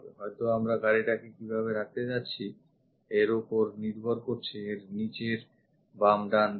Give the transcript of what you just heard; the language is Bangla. হয়ত আমরা গাড়িটাকে কিভাবে রাখতে যাচ্ছি এর ওপর নির্ভর করছে এর নিচের বাম ডান দিক